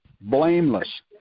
blameless